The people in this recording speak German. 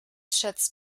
schätzt